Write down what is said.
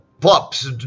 pops